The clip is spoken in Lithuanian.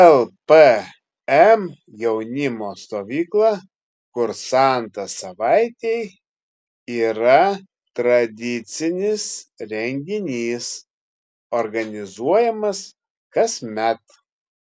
lpm jaunimo stovykla kursantas savaitei yra tradicinis renginys organizuojamas kasmet